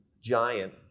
giant